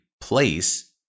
place